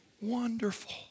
Wonderful